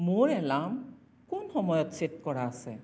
মোৰ এলাৰ্ম কোন সময়ত চেট কৰা আছে